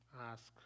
ask